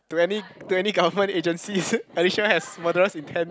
to any to any government agencies Alicia has murderous intend